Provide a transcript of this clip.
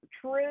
true